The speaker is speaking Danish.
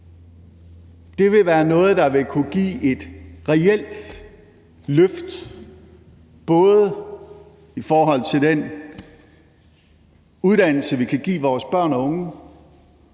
Det vil være noget, der vil kunne give et reelt løft i forhold til den uddannelse, vi kan give vores børn og unge,